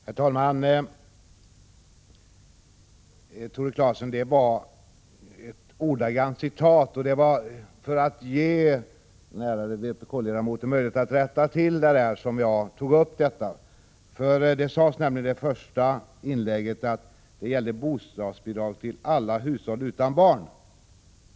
Herr talman! Till Tore Claeson: Det var ett ordagrant citat, och det var för att ge den ärade vpk-ledamoten möjlighet att rätta till uttalandet som jag tog upp det. I det första inlägget sade nämligen Tore Claeson att det gällde bostadsbidrag till alla hushåll utan barn.